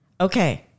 Okay